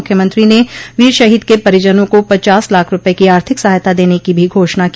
मुख्यमंत्री ने वीर शहीद के परिजनों को पचास लाख रूपये की आर्थिक सहायता देने की भी घोषणा की